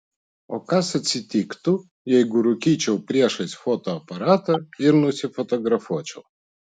o kas atsitiktų jeigu rūkyčiau priešais fotoaparatą ir nusifotografuočiau